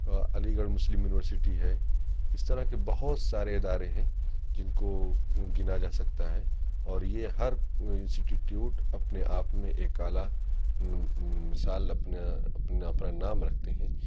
علی گڑھ Muslim University ہے اس طرح کے بہت سارے ادارے ہیں جن کو گنا جا سکتا ہے اور یہ ہر انسٹی ٹیوٹ اپنے آپ میں ایک اعلی مثال اپنا اپنا نام رکھتے ہیں